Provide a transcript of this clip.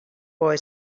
boy